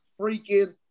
freaking